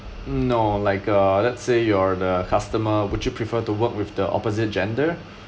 mm no like uh let's say you're the customer would you prefer to work with the opposite gender